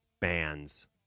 bands